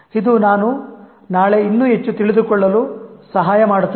ಇದು ನಾನು ನಾಳೆ ಇನ್ನೂ ಹೆಚ್ಚು ತಿಳಿದುಕೊಳ್ಳಲು ಸಹಾಯ ಮಾಡುತ್ತದೆ